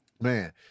Man